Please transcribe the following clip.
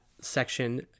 section